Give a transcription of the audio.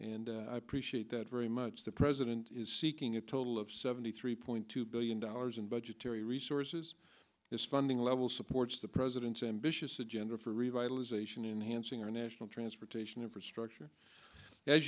d i appreciate that very much the president is seeking a total of seventy three point two billion dollars in budgetary resources this funding level supports the president's ambitious agenda for revitalization in hansing our national transportation infrastructure as